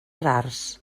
rars